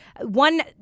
One